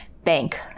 bank